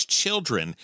children